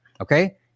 Okay